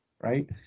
right